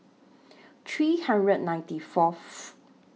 three hundred ninety Fourth